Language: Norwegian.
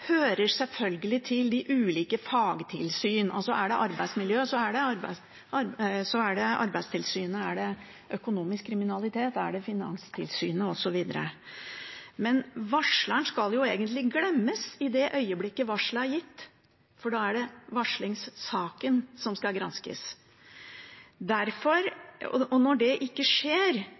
hører det selvfølgelig til de ulike fagtilsyn. Altså: Er det arbeidsmiljø, er det Arbeidstilsynet, og er det økonomisk kriminalitet, er det Finanstilsynet osv. Men varsleren skal jo egentlig glemmes i det øyeblikket varselet er gitt, for da er det varslingssaken som skal granskes. Og når det ikke skjer,